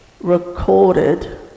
recorded